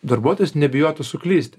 darbuotojas nebijotų suklysti